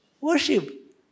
worship